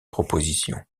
proposition